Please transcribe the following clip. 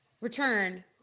return